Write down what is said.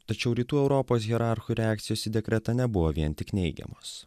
tačiau rytų europos hierarchų reakcijos į dekretą nebuvo vien tik neigiamos